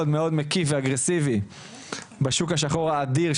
מאוד מקיף ואגרסיבי בשוק השחור האדיר,